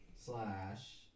slash